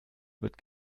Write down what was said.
wird